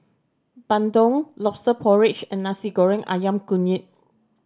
bandung Lobster Porridge and Nasi Goreng Ayam Kunyit